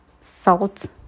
salt